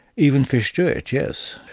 even fish do it, yes.